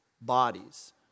bodies